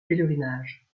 pèlerinage